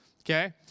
okay